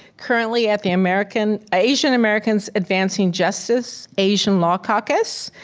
currently at the american, asian americans advancing justice, asian law caucus.